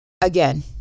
Again